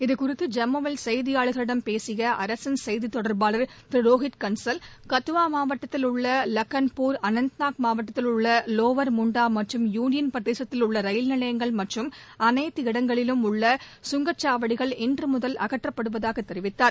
இது குறித்து ஜம்முவில் கெய்தியாளர்களிடம் பேசிய அரசின் செய்தித் தொடர்பாளர் திருரோஹித் கன்சல் கத்துவாமாவட்டத்தில் உள்ளலக்கன்பூர் அனந்த்நாக் மாவட்டத்தில் உள்ளவோவர் முன்டாமற்றும் யூளியன் பிரதேசத்தில் உள்ளரயில் நிலையங்கள் மற்றும் அனைத்து இடங்களிலும் உள்ள சுங்கச்சாவடிகள் இன்றுமுதல் அகற்றப்படுவதாகதெரிவித்தார்